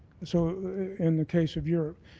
so in the case of europe.